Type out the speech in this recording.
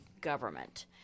government